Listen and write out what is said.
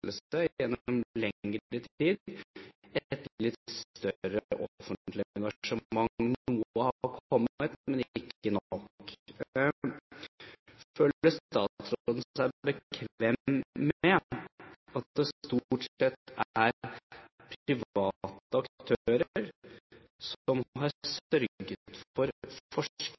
lengre tid etterlyst større offentlig engasjement. Noe har kommet, men ikke nok. Føler statsråden seg bekvem med at det stort sett er private aktører som har sørget for